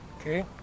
Okay